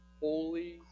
holy